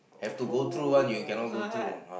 oh what